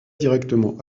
directement